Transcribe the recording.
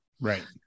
Right